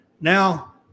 now